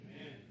Amen